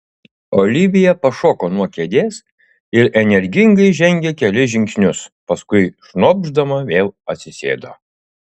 olivija pašoko nuo kėdės ir energingai žengė kelis žingsnius paskui šnopšdama vėl atsisėdo